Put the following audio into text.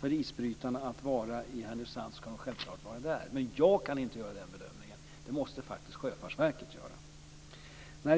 för isbrytaren att vara lokaliserad till Härnösand ska den självfallet vara där. Jag kan inte göra den bedömningen. Det måste Sjöfartsverket göra.